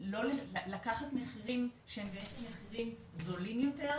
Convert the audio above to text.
לקחת מחירים שהם בעצם מחירים זולים יותר,